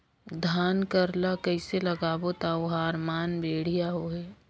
धान कर ला कइसे लगाबो ता ओहार मान बेडिया होही?